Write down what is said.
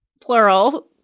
plural